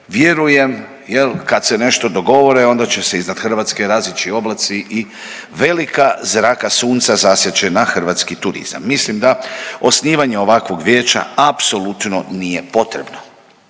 vjerujem kad se nešto dogovore, onda će se iznad Hrvatske razići oblaci i velika zraka sunca zasjat će na hrvatski turizam. Mislim da osnivanje ovakvog vijeća apsolutno nije potrebno.